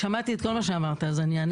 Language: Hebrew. שמעתי את כל מה שאמרת, אז אשיב על